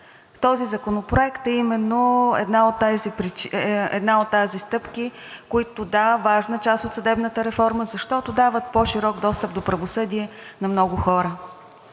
Този законопроект е именно една от тези стъпки, които, да, са важна част от съдебната реформа, защото дават по-широк достъп до правосъдие на много хора.